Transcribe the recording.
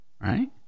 Right